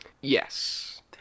Yes